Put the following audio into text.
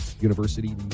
University